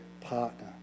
partner